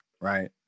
right